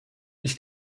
ich